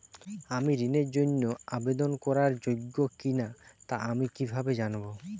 আমি ঋণের জন্য আবেদন করার যোগ্য কিনা তা আমি কীভাবে জানব?